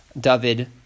David